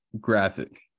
graphic